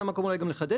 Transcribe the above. זה המקום גם לחדד,